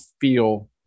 feel